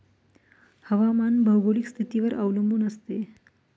हवामान भौगोलिक स्थितीवर अवलंबून असते